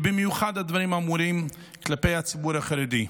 ובמיוחד הדברים האמורים כלפי הציבור החרדי.